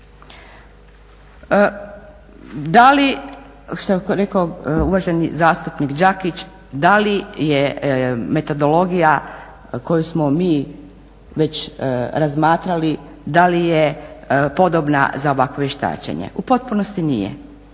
Da li, što je rekao uvaženi zastupnik Đakić, da li je metodologija koju smo mi već razmatrali da li je podobna za ovakvo vještačenje? U potpunosti nije.